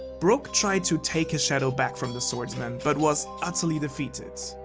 brook tried to take his shadow back from the swordsman but was utterly defeated.